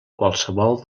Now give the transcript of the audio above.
qualsevol